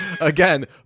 again